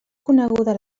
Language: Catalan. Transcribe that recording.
coneguda